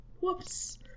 whoops